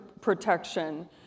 protection